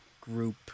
group